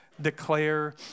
declare